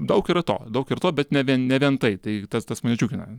daug yra to daug yra to bet ne vien ne vien tai tas tas mane džiugina